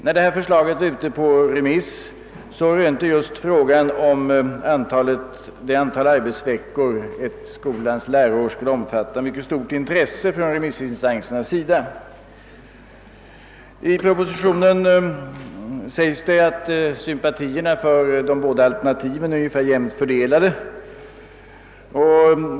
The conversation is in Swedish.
När förslaget var ute på remiss rönte just frågan om det antal arbetsveckor som skolans läsår skulle omfatta ett mycket stort intresse från remissinstansernas sida. I propositionen säges att sympatierna för de båda alternativen är jämnt fördelade.